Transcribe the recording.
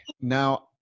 now